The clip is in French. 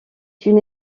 une